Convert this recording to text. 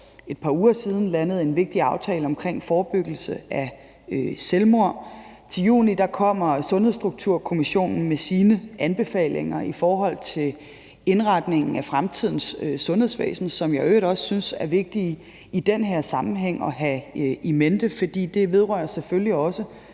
et par uger siden landet en vigtig aftale omkring forebyggelse af selvmord. Til juni kommer Sundhedsstrukturkommissionen med sine anbefalinger i forhold til indretningen af fremtidens sundhedsvæsen, som jeg i øvrigt også synes er vigtige at have in mente i den her sammenhæng, for det vedrører selvfølgelig også